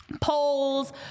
polls